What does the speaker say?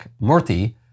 Murthy